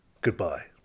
Goodbye